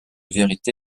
vérité